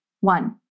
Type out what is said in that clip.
One